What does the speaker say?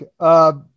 Okay